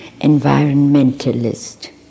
environmentalist